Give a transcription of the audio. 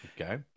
okay